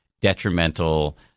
detrimental